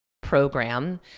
program